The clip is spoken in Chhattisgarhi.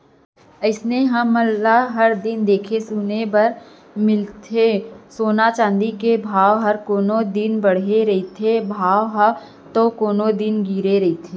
अइसने हमन ल हर दिन देखे सुने बर मिलथे सोना चाँदी के भाव म कोनो दिन बाड़हे रहिथे भाव ह ता कोनो दिन उतरे रहिथे